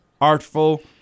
artful